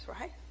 right